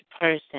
person